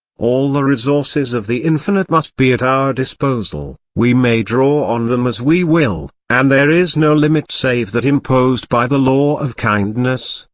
all the resources of the infinite must be at our disposal we may draw on them as we will, and there is no limit save that imposed by the law of kindness,